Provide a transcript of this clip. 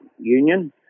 union